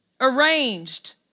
arranged